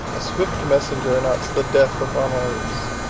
a swift messenger announced the death of honorius,